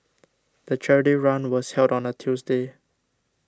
the charity run was held on a Tuesday